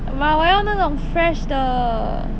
but 我要那种 fresh 的